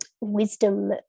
wisdom